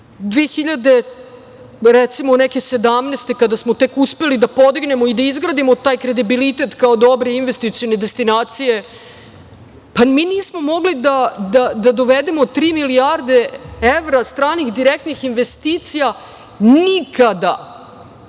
godine kada smo tek uspeli da podignemo i da izgradimo taj kredibilitet kao dobre investicione destinacije da dovedemo tri milijarde evra stranih direktnih investicija nikada.